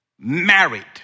married